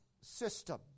system